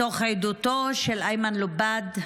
מתוך עדותו של איימן לובאד,